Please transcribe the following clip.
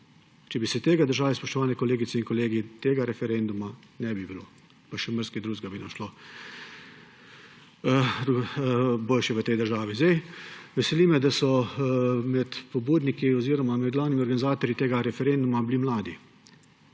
Če bi se tega držali, spoštovane kolegice in kolegi, tega referenduma ne bi bilo; pa še marsikaj drugega bi nam šlo bolje v tej državi. Veseli me, da so med pobudniki oziroma med glavnimi organizatorji tega referenduma bili mladi,